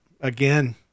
again